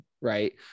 right